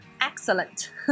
Excellent